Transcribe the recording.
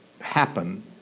happen